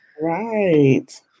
Right